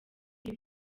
uyu